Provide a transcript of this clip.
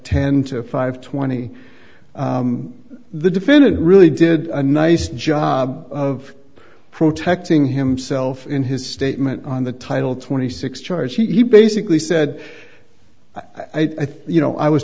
ten to five twenty the defendant really did a nice job of protecting himself in his statement on the title twenty six charges he basically said i think you know i was